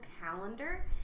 calendar